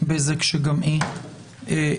בזק שגם היא הגיעה.